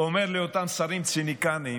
אומר לאותם שרים ציניקנים: